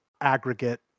aggregate